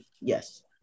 Yes